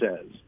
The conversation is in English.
says